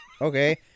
Okay